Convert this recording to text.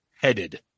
headed